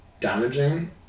damaging